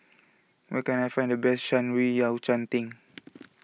where can I find the best Shan Rui Yao Cai Tang